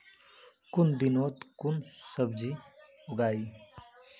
कुन दिनोत कुन सब्जी उगेई?